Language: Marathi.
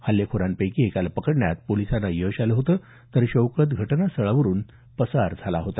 हल्लेखोरांपैकी एकाला पकडण्यात पोलिसांना यश आलं होतं तर शौकत घटनास्थळावरून पसार झाला होता